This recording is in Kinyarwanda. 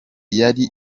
yari